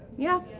yeah.